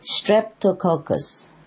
streptococcus